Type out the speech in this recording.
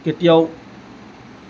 কেতিয়াও